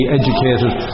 educated